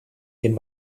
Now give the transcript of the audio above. den